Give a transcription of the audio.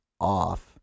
off